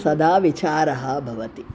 सदा विचारः भवति